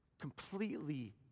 completely